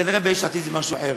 כנראה ביש עתיד זה משהו אחר.